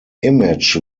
image